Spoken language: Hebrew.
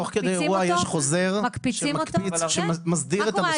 תוך כדי אירוע יש חוזר שמסדיר את הנושא